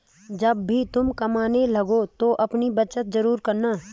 जब भी तुम कमाने लगो तो अपनी बचत जरूर करना